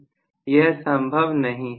यह संभव नहीं है